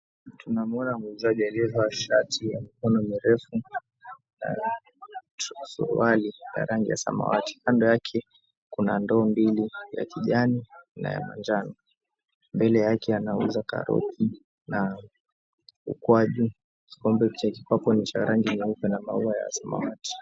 Tunamwona muuzaji aliyevaa shati ya mikono mirefu na suruali ya rangi ya samawati. Kando yake kuna ndoo mbili, ya kijani na ya manjano. Mbele yake anauza karoti na ukwaju. Kikombe ni cha rangi nyeupe na maua ya samawati.